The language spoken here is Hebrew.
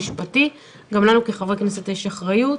גם לנו כחברי כנסת יש אחריות.